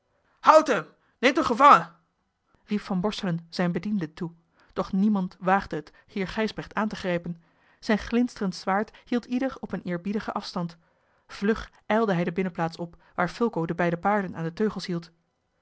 gevangen riep van borselen zijne bedienden toe doch niemand waagde het heer gijsbrecht aan te grijpen zijn glinsterend zwaard hield ieder op een eerbiedigen afstand vlug tilde hij de binnenplaats op waar fulco de beide paarden aan de teugels hield